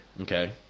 okay